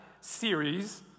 series